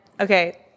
Okay